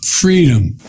Freedom